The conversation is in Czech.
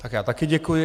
Tak já také děkuji.